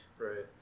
Right